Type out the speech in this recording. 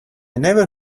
never